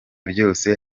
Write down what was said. byose